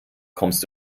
kommst